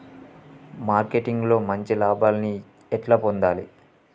Marketing లో మంచి లాభాల్ని ఎట్లా పొందాలి?